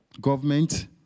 government